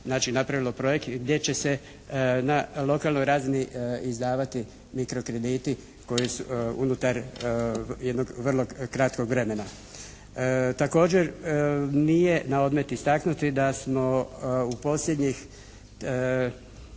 znači napravilo projekt gdje će se na lokalnoj razini izdavati mikrokrediti koji, unutar jednog vrlo kratkog vremena. Također nije naodmet istaknuti da smo u posljednjih